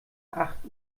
acht